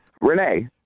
Renee